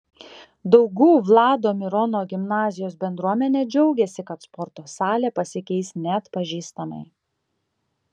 daugų vlado mirono gimnazijos bendruomenė džiaugiasi kad sporto salė pasikeis neatpažįstamai